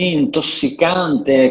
intossicante